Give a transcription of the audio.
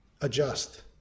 adjust